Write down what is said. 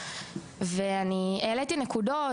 ואני העליתי נקודות,